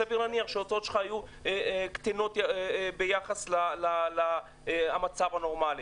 סביר להניח שההוצאות שלך היו קטנות ביחס למצב הנורמלי.